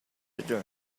return